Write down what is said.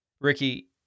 Ricky